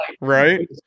Right